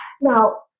Now